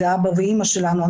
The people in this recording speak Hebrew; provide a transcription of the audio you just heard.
אלה אבא ואימא שלנו,